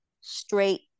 straight